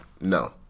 No